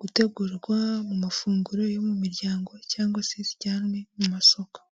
gutegurwa mu mafunguro yo mu miryango cyangwa se zijyanywe mu masoko.